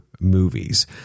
movies